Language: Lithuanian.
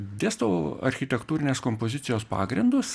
dėstau architektūrinės kompozicijos pagrindus